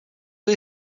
you